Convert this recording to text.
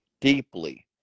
deeply